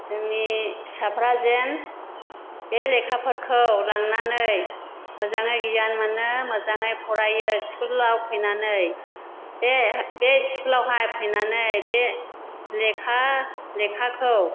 जोंनि फिसाफ्रा जेन बे लेखाफोरखौ लांनानै मोजाङै गियान मोननो मोजाङै फरायो स्कुलाव फैनानै बे बे स्कुलआवहा फैनानै बे लेखा लेखाखौ